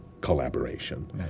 collaboration